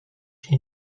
się